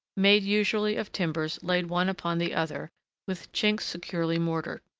made usually of timbers laid one upon the other with chinks securely mortared.